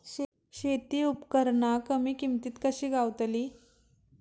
शेती उपकरणा कमी किमतीत कशी गावतली?